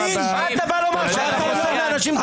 לפתוח בחקירה תלוי גם נגד מי ונגד מה,